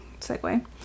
segue